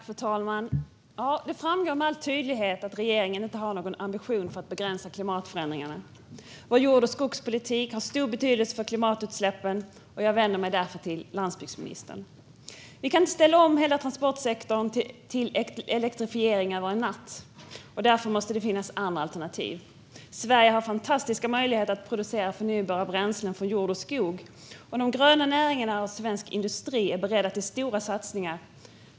Fru talman! Det framgår med all tydlighet att regeringen inte har någon ambition för att begränsa klimatförändringarna. Vår jordbruks och skogspolitik har stor betydelse för klimatutsläppen, och jag vänder mig därför till landsbygdsministern. Vi kan ju inte ställa om hela transportsektorn till elektrifiering över en natt. Därför måste det finnas andra alternativ. Sverige har fantastiska möjligheter att producera förnybara bränslen från jord och skog. De gröna näringarna och svensk industri är beredda till stora satsningar.